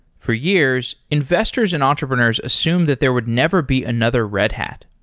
for years, investors and entrepreneurs assumed that there would never be another red hat.